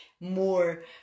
more